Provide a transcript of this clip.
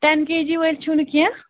ten کے جی وٲلۍ چھُو نہٕ کیٚنہہ